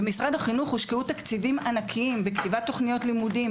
במשרד החינוך הושקעו תקציבים ענקיים בכתיבת תוכניות לימודים,